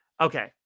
Okay